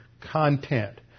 content